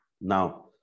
Now